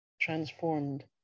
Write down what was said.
transformed